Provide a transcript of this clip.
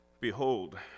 Behold